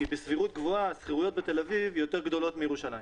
כי בסבירות גבוהה השכירויות בתל אביב יותר גבוהות מירושלים.